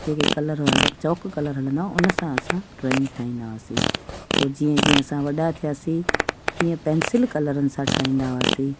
जेके कलर हलनि chalk colour हलंदा उनसां असां ड्रॉइंग ठाहींदा हुआसीं पोइ जीअं जीअं असां वॾा थियासीं तीअं पेंसिल कलरनि सां ठाहींदा हुआसीं